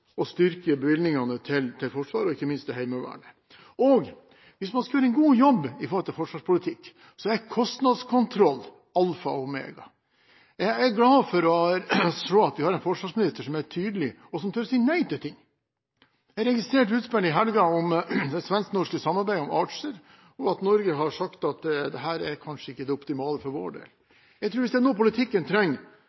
og styrke bevilgningene til Forsvaret, og ikke minst til Heimevernet. Hvis man skal gjøre en god jobb i forsvarspolitikken, er kostnadskontroll alfa og omega. Jeg er glad for å se at vi har en forsvarsminister som er tydelig, og som tør si nei til ting. Jeg registrerte utspillet i helgen om det svensk-norske samarbeidet om ARCHER, og at Norge har sagt at dette er kanskje ikke det optimale for vår del.